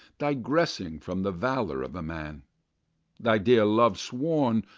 digressing from the valour of a man thy dear love sworn,